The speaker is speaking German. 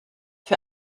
für